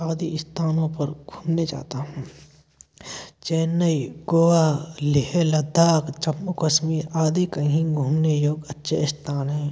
आदि स्थानों पर घूमने जाता हूँ चेन्नई गोआ लेह लद्दाख जम्मू कश्मीर आदि कहीं घूमने योग्य अच्छे स्थान हैं